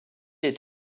est